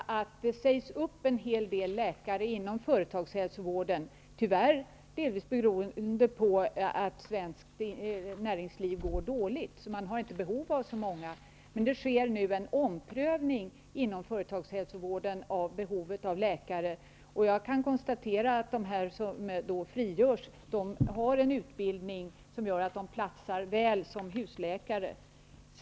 Fru talman! Det sägs tyvärr upp en hel del läkare inom företagshälsovården, delvis beroende på att svenskt näringsliv går dåligt. Man har inte behov av så många företagsläkare. Men det sker nu en omprövning inom företagshälsovården av behovet av läkare. De läkare som frigörs har en utbildning som gör att de platsar väl som husläkare.